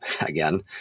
again